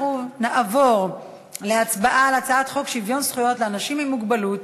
אנחנו נעבור להצבעה על הצעת חוק שוויון זכויות לאנשים עם מוגבלות